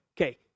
Okay